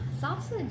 Sausage